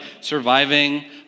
surviving